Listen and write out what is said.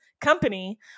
company